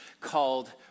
called